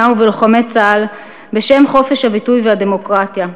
ובלוחמי צה"ל בשם חופש הביטוי והדמוקרטיה.